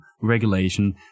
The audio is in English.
regulation